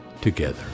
together